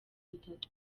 itatu